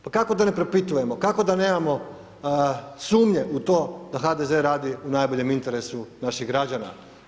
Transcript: Pa kako da ne propitujemo, kako da nemamo sumnje u to da HDZ radi u najboljem interesu naših građana.